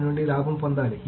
దీని నుండి లాభం పొందాలి